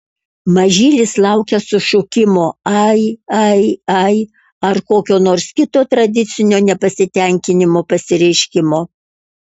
mažylis laukia sušukimo ai ai ai ar kokio nors kito tradicinio nepasitenkinimo pasireiškimo